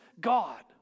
God